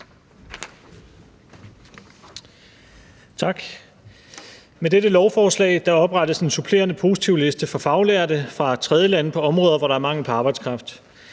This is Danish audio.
Med dette lovforslag oprettes en supplerende positivliste for faglærte fra tredjelande på områder, hvor der er mangel på arbejdskraft.